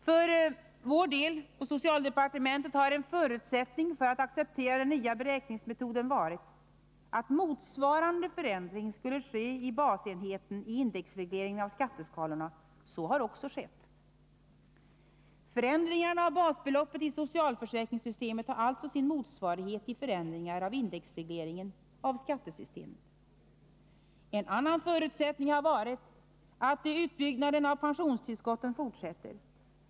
För socialdepartementets del har en förutsättning för att acceptera den nya beräkningsmetoden varit att motsvarande förändring skall ske i basenheten i indexregleringen av skatteskalorna. Så har också skett. Förändringen av basbeloppet i socialförsäkringssystemet har alltså sin motsvarighet i förändringar av indexregleringen av skattesystemet. En annan förutsättning har varit att utbyggnaden av pensionstillskotten fortsätter.